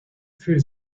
für